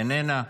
איננה,